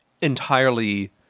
entirely